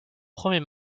premier